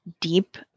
deep